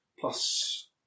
plus